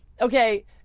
okay